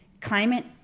Climate